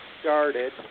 started